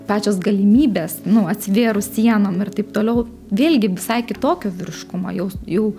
pačios galimybės nu atsivėrus sienom ir taip toliau vėlgi visai kitokio vyriškumo jaus jau